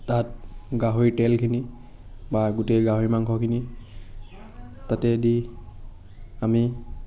তাত গাহৰি তেলখিনি বা গোটেই গাহৰি মাংসখিনি তাতে দি আমি